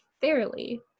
fairly